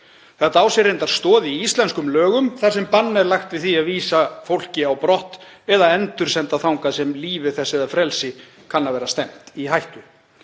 Þetta á sér reyndar stoð í íslenskum lögum þar sem bann er lagt við því að vísa fólki á brott eða endursenda þangað sem lífi þess eða frelsi kann að vera stefnt í hættu.